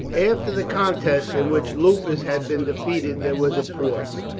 after the contest in which lupus had been defeated there was a pause.